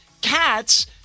cats